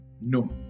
no